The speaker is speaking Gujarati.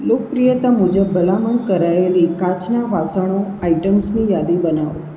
લોકપ્રિયતા મુજબ ભલામણ કરાયેલી કાચનાં વાસણો આઇટમ્સની યાદી બનાવો